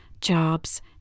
jobs